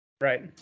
Right